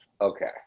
Okay